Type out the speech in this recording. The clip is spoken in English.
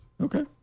Okay